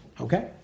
okay